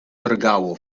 drgało